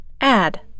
Add